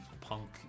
punk